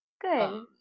Good